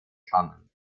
common